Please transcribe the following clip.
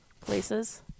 places